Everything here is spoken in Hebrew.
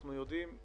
אנחנו יודעים,